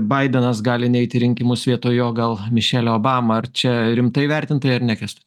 baidenas gali neit į rinkimus vietoj jo gal mišelė obama ar čia rimtai vertint tai ar ne kęstuti